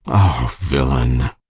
villain!